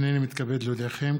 הינני מתכבד להודיעכם,